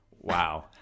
wow